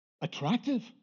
Attractive